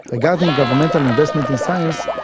regarding governmental investment in science,